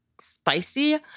spicy